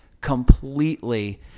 completely